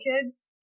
kids